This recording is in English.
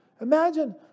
Imagine